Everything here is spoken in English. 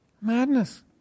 madness